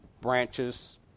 branches